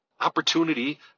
opportunity